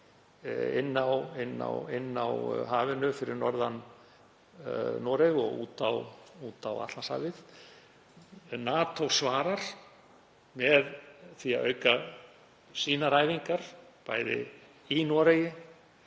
aðila á hafinu fyrir norðan Noreg og út á Atlantshafið. NATO svarar með því að auka sínar æfingar í Noregi